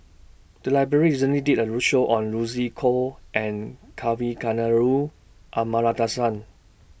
The Library recently did A roadshow on Lucy Koh and Kavignareru Amallathasan